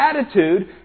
attitude